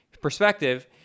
perspective